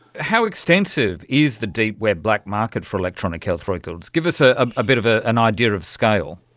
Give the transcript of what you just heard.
how extensive is the deep web black market for electronic health records? give us a ah bit of ah an idea of scale.